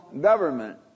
government